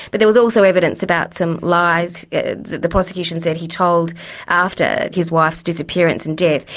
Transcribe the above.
but there was also evidence about some lies that the prosecution said he told after his wife's disappearance and death.